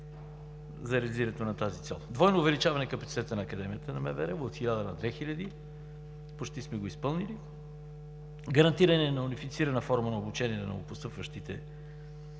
за реализирането на тази цел. Двойно увеличаване капацитета на Академията на МВР – от 1000 на 2000. Почти сме го изпълнили. Гарантиране на унифицирана форма на обучение на новопостъпващите